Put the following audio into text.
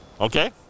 Okay